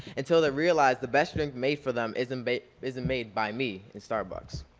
and so they realize the best drink made for them isn't made isn't made by me in starbucks.